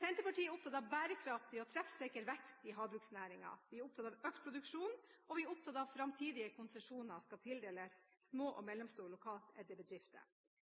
Senterpartiet er opptatt av bærekraftig og treffsikker vekst i havbruksnæringen. Vi er opptatt av økt produksjon, og vi er opptatt av at framtidige konsesjoner skal tildeles små og mellomstore lokalt eide bedrifter.